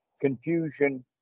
confusion